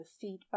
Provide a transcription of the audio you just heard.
feedback